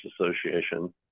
Association